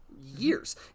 Years